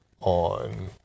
on